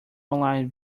online